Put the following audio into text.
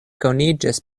koniĝas